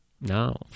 No